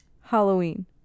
Halloween